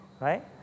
Right